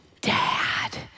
dad